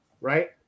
right